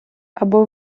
аби